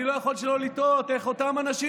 אני לא יכול שלא לתהות איך אותם אנשים